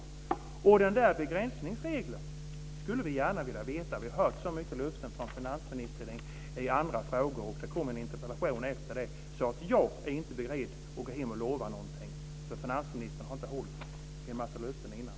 Beträffande begränsningsregeln vill jag säga att vi har hört många löften från finansministern i andra frågor och att det kommer en interpellation i den här frågan. Jag är inte beredd att lova någonting när jag återvänder hem, eftersom finansministern tidigare inte har hållit en massa av sina löften.